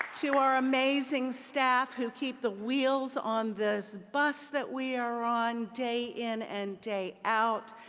to our amazing staff who keep the wheels on this bus that we are on day in and day out,